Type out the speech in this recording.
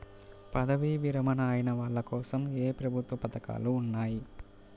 పదవీ విరమణ అయిన వాళ్లకోసం ఏ ప్రభుత్వ పథకాలు ఉన్నాయి?